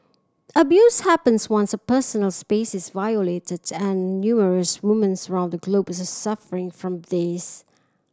abuse happens once a personal space is violated and numerous women's around the globe are suffering from this